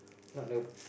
not a